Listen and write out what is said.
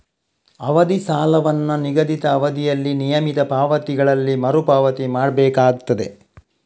ಅವಧಿ ಸಾಲವನ್ನ ನಿಗದಿತ ಅವಧಿಯಲ್ಲಿ ನಿಯಮಿತ ಪಾವತಿಗಳಲ್ಲಿ ಮರು ಪಾವತಿ ಮಾಡ್ಬೇಕಾಗ್ತದೆ